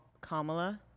kamala